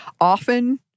often